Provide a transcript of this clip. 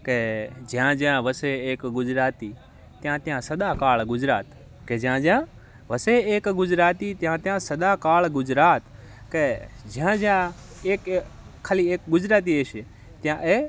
કે જ્યાં જ્યાં વસે એક ગુજરાતી ત્યાં ત્યાં સદાકાળ ગુજરાત કે જ્યાં જ્યાં વસે એક ગુજરાતી ત્યાં ત્યાં સદાકાળ ગુજરાત કે જ્યાં જ્યાં એક ખાલી એક ગુજરાતી હશે ત્યાં એ